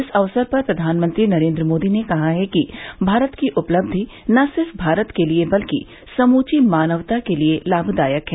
इस अवसर पर प्रधानमंत्री नरेन्द्र मोदी ने कहा है कि भारत की उपलब्धि न सिर्फ भारत के लिए बल्कि समूची मानवता के लिए लामदायक है